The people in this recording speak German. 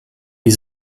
die